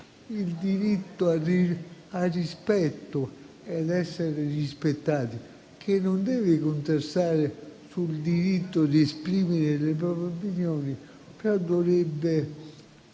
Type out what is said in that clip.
Il diritto al rispetto e a essere rispettati, che non deve contrastare con il diritto di esprimere le proprie opinioni, dovrebbe